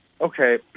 okay